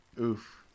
Oof